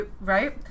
right